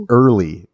early